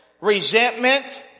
resentment